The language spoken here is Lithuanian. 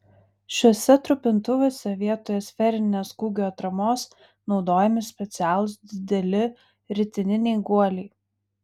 šiuose trupintuvuose vietoje sferinės kūgio atramos naudojami specialūs dideli ritininiai guoliai